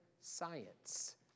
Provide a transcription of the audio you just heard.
science